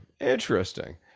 Interesting